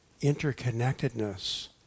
interconnectedness